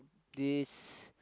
this